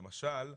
למשל,